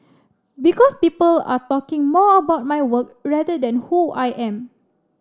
because people are talking more about my work rather than who I am